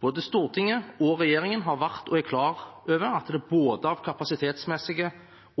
Både Stortinget og regjeringen har vært og er klar over at det av både kapasitetsmessige